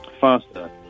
faster